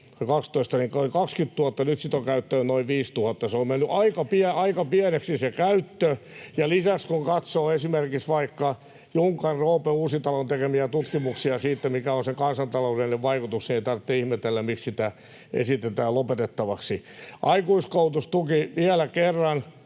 20 000, nyt sitä on käyttänyt noin 5 000. Se on mennyt aika pieneksi se käyttö, ja lisäksi, kun katsoo esimerkiksi, vaikka Junkan, Roope Uusitalon tekemiä tutkimuksia siitä, mikä on sen kansantaloudellinen vaikutus, ei tarvitse ihmetellä, miksi sitä esitetään lopetettavaksi. Aikuiskoulutustuki. Vielä kerran